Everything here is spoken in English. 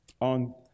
on